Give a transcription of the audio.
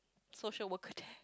social worker there